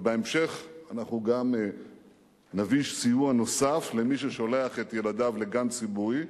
בהמשך אנחנו נגיש סיוע נוסף למי ששולח את ילדיו לגן-ילדים ציבורי,